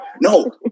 No